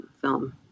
film